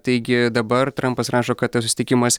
taigi dabar trampas rašo kad tas susitikimas